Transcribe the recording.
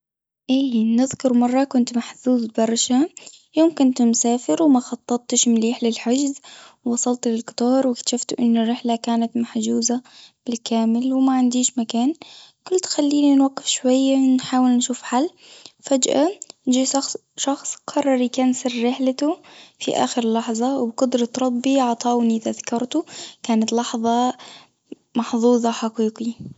إيه نذكرمرة كنت محظوظ برشا، يوم كنت مسافر وما خططتش مليح للحجز ووصلت للقطار واكتشفت إن الرحلة كانت محجوزة بالكامل وما عنديش مكان، قلت خليني واقفة شوية نحاول نشوف حل فجأة شخص قرر يكنسل رحلته في آخر لحظة وبقدرة ربي عطاني تذكرته كانت لحظة محظوظة حقيقي.